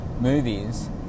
movies